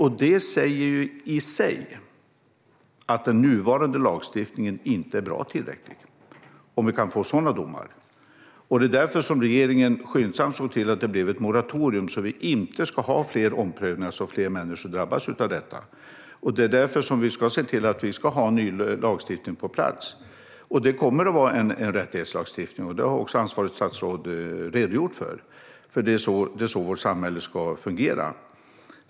Detta - att vi kan få sådana domar - säger i sig att den nuvarande lagstiftningen inte är tillräckligt bra. Det är därför regeringen skyndsamt såg till att det blev ett moratorium så att det inte ska bli fler omprövningar som gör att fler människor drabbas av detta. Det är därför vi ska se till att ha ny lagstiftning på plats. Det kommer att vara en rättighetslagstiftning, och det har ansvarigt statsråd redogjort för. Det är så vårt samhälle ska fungera.